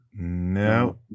No